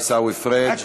תודה, עיסאווי פריג'.